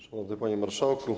Szanowny Panie Marszałku!